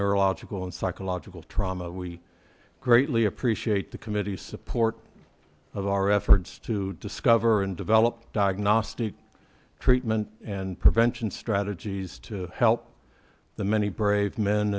neurological and psychological trauma we greatly appreciate the committee support of our efforts to discover and develop diagnostic treatment and prevention strategies to help the many brave men